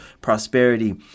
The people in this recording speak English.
prosperity